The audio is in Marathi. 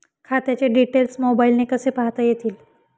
खात्याचे डिटेल्स मोबाईलने कसे पाहता येतील?